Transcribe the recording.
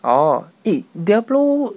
orh eh diablo